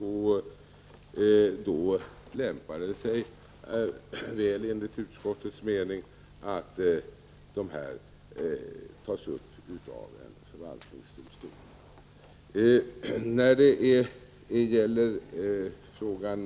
Därför lämpar det sig enligt utskottets mening väl att dessa ärenden avgörs av förvaltningsdomstol.